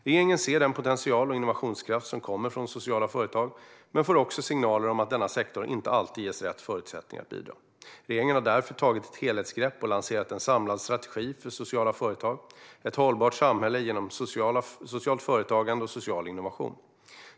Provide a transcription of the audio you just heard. Regeringen ser den potential och innovationskraft som kommer från sociala företag, men får också signaler om att denna sektor inte alltid ges rätt förutsättningar att bidra. Regeringen har därför tagit ett helhetsgrepp och lanserat en samlad strategi för sociala företag - ett hållbart samhälle genom socialt företagande och social innovation.